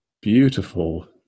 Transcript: beautiful